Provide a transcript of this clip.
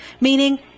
Meaning